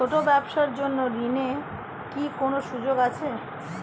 ছোট ব্যবসার জন্য ঋণ এর কি কোন সুযোগ আছে?